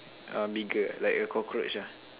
uh bigger like a cockroach ah